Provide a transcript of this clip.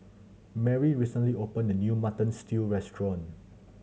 Marry recently opened a new Mutton Stew restaurant